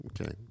okay